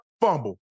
fumble